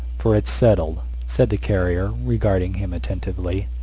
for it's settled, said the carrier, regarding him attentively.